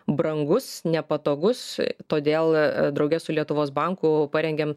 brangus nepatogus todėl drauge su lietuvos banku parengėm